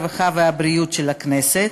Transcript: הרווחה והבריאות של הכנסת,